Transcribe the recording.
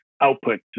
output